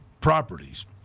properties